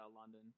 London